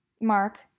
Mark